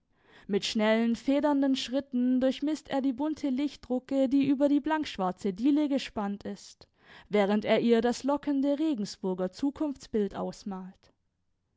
mit schnellen federnden schritten durchmißt er die bunte lichtdrucke die über die blankschwarze diele gespannt ist während er ihr das lockende regensburger zukunftsbild ausmalt